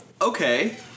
Okay